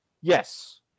Yes